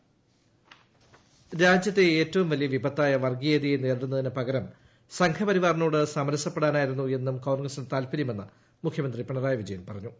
പിണറായി രാജ്യത്തെ ഏറ്റവും വലിയ വിപിത്തായ വർഗീയതയെ നേരിടുന്നതിനുപകരം സംവ്വിപ്പരിവാറിനോട് സമരസപ്പെടാനായിരുന്നു എ്സ്മും കോൺഗ്രസിന് താൽപ്പര്യമെന്ന് മുഖ്യമന്ത്രി പിണറായി പ്പിജ്യൻ പറഞ്ഞു